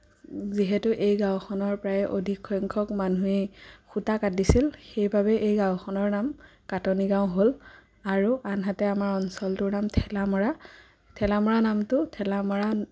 যিহেতু এই গাঁওখনৰ প্ৰায় অধিক সংখ্যক মানুহেই সূতা কাটিছিল সেইবাবে এই গাঁওখনৰ নাম কাটনি গাঁও হ'ল আৰু আনহাতে আমাৰ অঞ্চলটোৰ নাম ঠেলামৰা ঠেলামৰা নামটো ঠেলামৰা